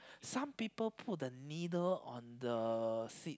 some people put the needle on the seats